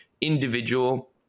individual